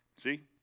See